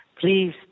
please